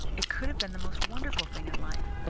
it could have been the most wonderful thing in life.